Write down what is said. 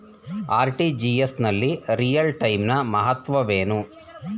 RTGS ನಲ್ಲಿ real time ನ ಮಹತ್ವವೇನು?